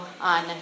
on